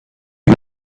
you